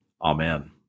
Amen